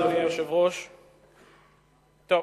אדוני היושב-ראש, תודה,